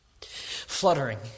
Fluttering